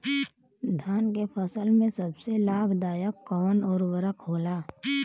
धान के फसल में सबसे लाभ दायक कवन उर्वरक होला?